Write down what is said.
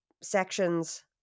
sections